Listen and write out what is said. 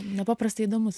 nepaprastai įdomus